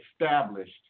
established